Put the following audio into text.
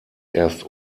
erst